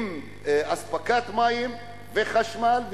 עם אספקת מים וחשמל,